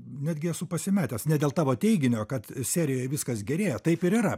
netgi esu pasimetęs ne dėl tavo teiginio kad serijoje viskas gerėja taip ir yra